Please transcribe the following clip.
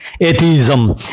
atheism